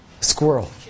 Squirrel